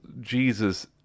Jesus